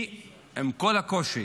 כי עם כל הקושי,